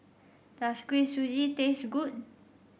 does Kuih Suji taste good